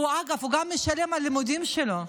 ואגב, הוא גם משלם על הלימודים שלו.